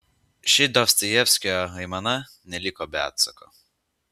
ši dostojevskio aimana neliko be atsako